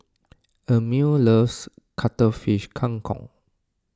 Emett loves Cuttlefish Kang Kong